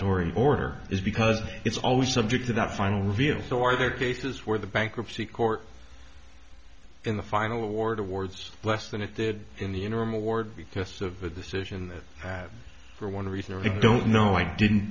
torrie order is because it's always subject to that final reveal so are there cases where the bankruptcy court in the final award awards less than it did in the interim award because of this issue and have for one reason i don't know i didn't